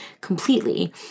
completely